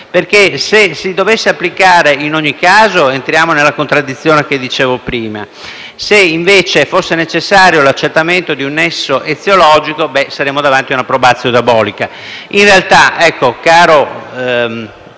infatti, si dovesse applicare in ogni caso, entriamo nella contraddizione che dicevo prima; se, invece, fosse necessario l'accertamento di un nesso eziologico, saremmo davanti a una *probatio diabolica.* In realtà, caro